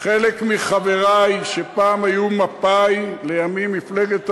חלק מחברי שפעם היו מפא"י, לימים מפלגת העבודה,